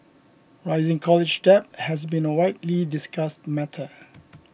rising college debt has been a widely discussed matter